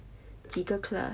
几个 class